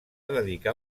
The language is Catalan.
dedicar